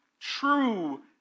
true